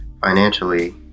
financially